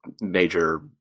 major